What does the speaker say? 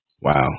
Wow